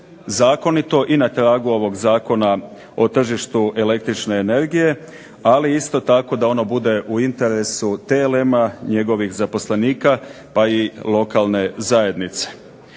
zakonito i na tragu ovog Zakona o tržištu električne energije. Ali, isto tako da ono bude u interesu TLM-a, njegovih zaposlenika pa i lokalne zajednice.